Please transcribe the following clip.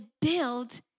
build